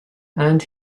and